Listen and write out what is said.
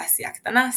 באסיה הקטנה,